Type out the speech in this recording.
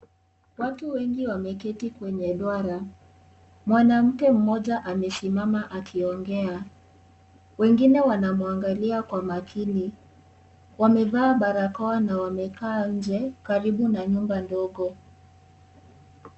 Watu wengi wameketi kwenye duara . Mwanamke mmoja amesimama akiongea, wengine wanamuangalia Kwa makini wamevaa barakoa na wamekaa nje karibu na nyumba ndogo.